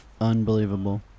Unbelievable